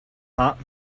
hot